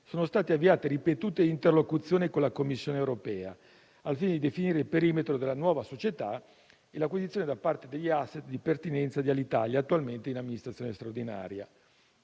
sono state avviate ripetute interlocuzioni con la Commissione europea al fine di definire il perimetro della nuova società e l'acquisizione da parte degli *asset* di pertinenza di Alitalia attualmente in amministrazione straordinaria.